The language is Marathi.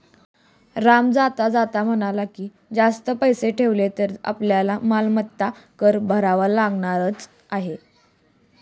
राम जाता जाता म्हणाला की, जास्त पैसे ठेवले तर आपल्याला मालमत्ता कर भरावा लागणारच आहे